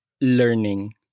learning